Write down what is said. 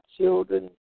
children